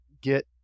get